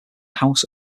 house